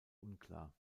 unklar